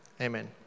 Amen